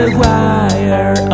wire